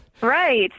Right